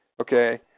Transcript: okay